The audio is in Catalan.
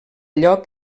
lloc